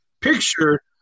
picture